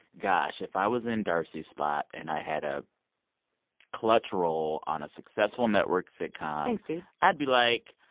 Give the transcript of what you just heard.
gosh, if i was in d'arcy's spot and i had a clutch roll on a successful network sitcom. thanks, dude. i'd be like,